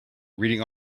reading